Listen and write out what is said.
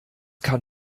kann